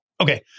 Okay